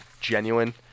genuine